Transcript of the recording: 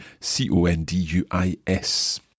C-O-N-D-U-I-S